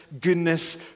goodness